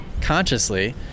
consciously